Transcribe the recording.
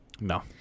no